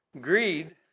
greed